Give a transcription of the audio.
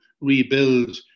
rebuild